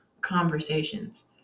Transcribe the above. conversations